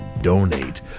donate